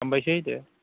हामबायसै दे